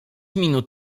minut